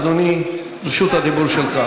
אדוני, רשות הדיבור שלך.